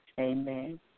amen